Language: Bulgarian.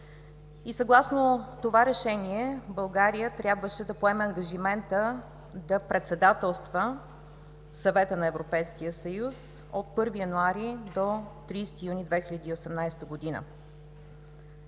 съгласно това решение, България трябваше да поеме ангажимента да председателства в Съвета на Европейския съюз от 1 януари до 30 юни 2018 г.